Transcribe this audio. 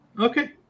Okay